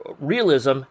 realism